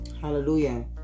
Hallelujah